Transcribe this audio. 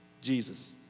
Jesus